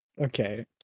Okay